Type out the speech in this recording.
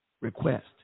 Request